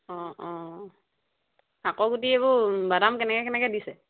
অঁ অঁ শাকৰ গুটি এইবোৰ বাদাম কেনেকৈ কেনেকৈ দিছে